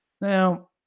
Now